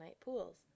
pools